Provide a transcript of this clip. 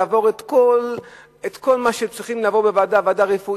לעבור את כל מה שהם צריכים לעבור בוועדה רפואית,